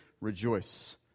rejoice